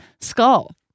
skull